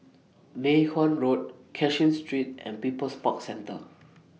Mei Hwan Road Cashin Street and People's Park Centre